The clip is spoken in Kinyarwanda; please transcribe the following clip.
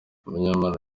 munyana